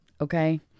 Okay